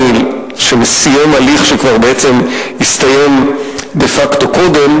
שסיים הליך שכבר בעצם הסתיים דה-פקטו קודם.